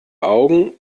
augen